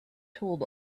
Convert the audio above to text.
told